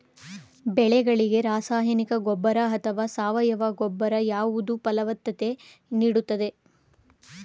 ಬೆಳೆಗಳಿಗೆ ರಾಸಾಯನಿಕ ಗೊಬ್ಬರ ಅಥವಾ ಸಾವಯವ ಗೊಬ್ಬರ ಯಾವುದು ಫಲವತ್ತತೆ ನೀಡುತ್ತದೆ?